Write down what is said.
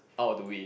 out do it